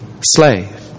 slave